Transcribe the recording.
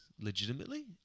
legitimately